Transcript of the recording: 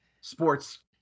sports